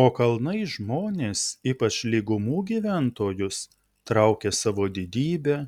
o kalnai žmones ypač lygumų gyventojus traukia savo didybe